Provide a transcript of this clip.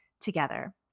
together